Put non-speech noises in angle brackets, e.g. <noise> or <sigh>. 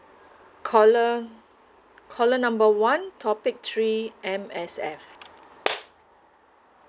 caller caller number one topic three M_S_F <noise>